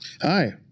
Hi